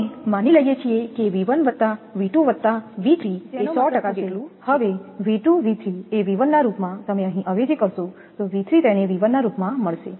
અમે માની લઈએ છીએ કે V1 V2 V3 એ 100 જેટલું છે જેનો મતલબ થશે હવે V2 V3 એ V1ના રૂપમાં તમે અહીં અવેજી કરશો તો V3 તેને V1 ના રૂપમાં મળશે